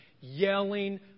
yelling